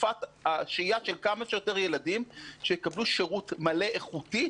תקופת השהייה של כמה שיותר ילדים שיקבלון שירות מלא ואיכותי,